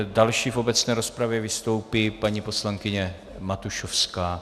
Další v obecné rozpravě vystoupí paní poslankyně Matušovská.